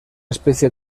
especie